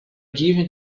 given